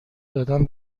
دادن